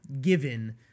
given